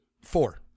four